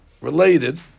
related